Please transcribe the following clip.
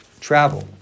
travel